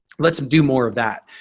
let's um do more of that.